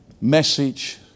message